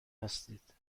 هستید